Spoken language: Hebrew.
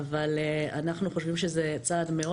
אבל אנחנו חושבים שזה צעד מאוד